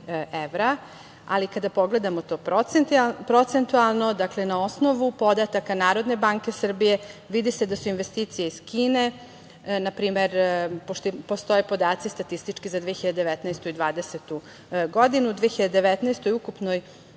ali kada pogledamo to procentualno, dakle, na osnovu podataka Narodne banke Srbije vidi se da su investicije iz Kine, npr. pošto postoje podaci statistički za 2019. i 2020. godinu, godine 2019. u ukupnom